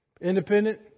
Independent